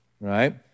right